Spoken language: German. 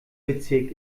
bezirk